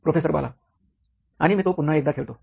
professor Bala आणि मी तो पुन्हा एकदा खेळतो